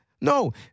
No